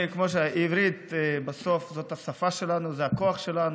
עברית בסוף זאת השפה שלנו, זה הכוח שלנו.